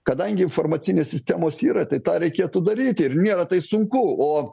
kadangi informacinės sistemos yra tai tą reikėtų daryti ir nėra tai sunku o